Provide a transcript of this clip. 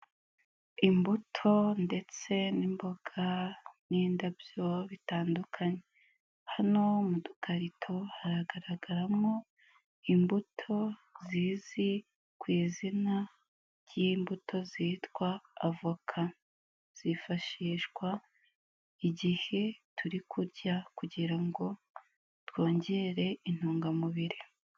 Imbuto ndetse n'imboga n'indabyo bitandukanye, hano mu dukarito haragaragaramo imbuto zizwi ku izina ry'imbuto zitwa avoka, zifashishwa igihe turi kurya kugira ngo twongere intungamubiri.